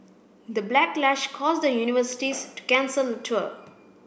the backlash caused the universities to cancel the tour